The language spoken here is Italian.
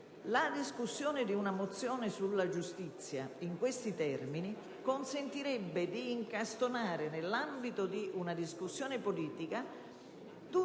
La discussione di una mozione sulla giustizia, in questi termini, consentirebbe di incastonare nell'ambito di una discussione politica